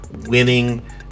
winning